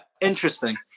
interesting